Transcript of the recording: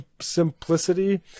simplicity